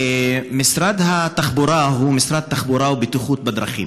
משרד התחבורה הוא משרד התחבורה והבטיחות בדרכים,